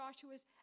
Joshua's